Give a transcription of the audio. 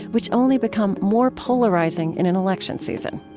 which only become more polarizing in an election season.